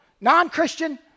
non-Christian